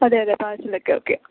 അതെ അതെ പാഴ്സൽ ഒക്കെ ഓക്കെ ആണ്